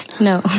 No